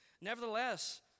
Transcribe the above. Nevertheless